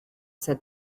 said